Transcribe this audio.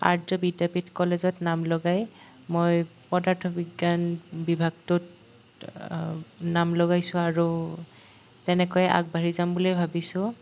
আৰ্য বিদ্যাপীঠ কলেজত নাম লগাই মই পদাৰ্থ বিজ্ঞান বিভাগটোত নাম লগাইছোঁ আৰু তেনেকৈ আগবাঢ়ি যাম বুলি ভাবিছোঁ